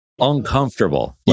uncomfortable